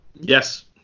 Yes